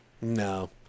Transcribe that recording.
No